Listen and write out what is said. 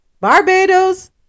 Barbados